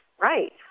Right